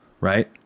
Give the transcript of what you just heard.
Right